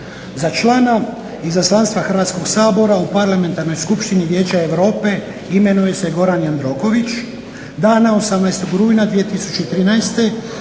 Za člana Izaslanstva Hrvatskog sabora u Parlamentarnoj skupštini Vijeća Europe imenuje se Goran Jandroković. Dana 18.rujna